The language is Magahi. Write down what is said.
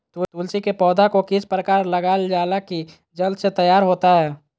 तुलसी के पौधा को किस प्रकार लगालजाला की जल्द से तैयार होता है?